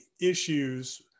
issues